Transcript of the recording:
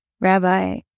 Rabbi